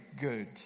good